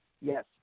Yes